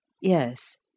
Yes